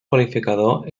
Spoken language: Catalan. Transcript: qualificador